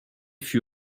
fut